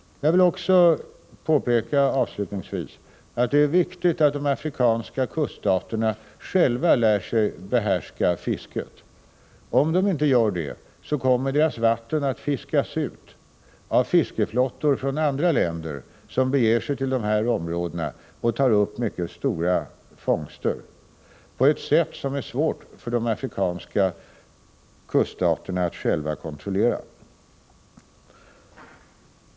Avslutningsvis vill jag påpeka att det är viktigt att de afrikanska kuststaterna själva lär sig att behärska fisket. Om de inte gör det kommer deras vatten att fiskas ut av andra länders fiskeflottor, som beger sig till dessa områden och tar upp mycket stora fångster på ett sätt som det är svårt för de afrikanska kuststaterna att själva kontrollera.